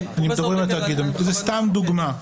זאת סתם דוגמה.